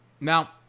Now